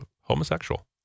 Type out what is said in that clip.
homosexual